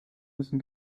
müssen